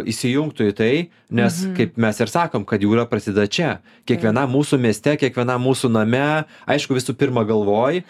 įsijungtų į tai nes kaip mes ir sakom kad jūra prasideda čia kiekvienam mūsų mieste kiekvienam mūsų name aišku visų pirma galvoj